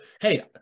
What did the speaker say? hey